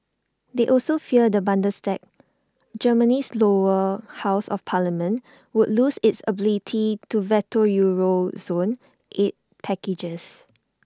they also fear the Bundestag Germany's lower house of parliament would lose its ability to veto euro zone aid packages